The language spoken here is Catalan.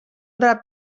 drap